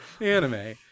Anime